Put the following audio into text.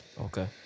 Okay